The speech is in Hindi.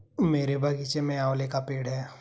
मेरे बगीचे में आंवले का पेड़ है